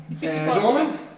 Gentlemen